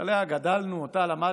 שעליה גדלנו, שאותה למדנו,